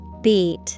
Beat